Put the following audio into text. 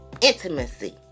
intimacy